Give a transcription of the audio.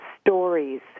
stories